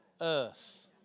earth